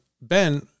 Ben